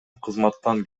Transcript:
кызматтан